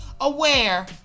aware